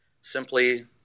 simply